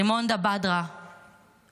רימונדה בדרה ומשפחתה,